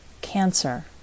cancer